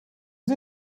sie